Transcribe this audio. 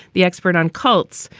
the expert on cults.